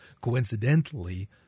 Coincidentally